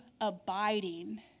abiding